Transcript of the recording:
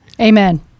Amen